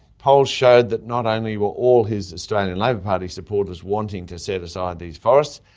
polls showed that not only were all his australian labor party supporters wanting to set aside these forests,